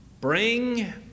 bring